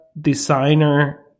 designer